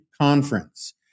conference